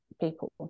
people